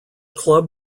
club